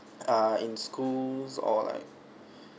err in schools or like